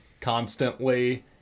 constantly